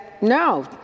no